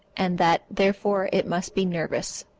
and that, therefore, it must be nervous.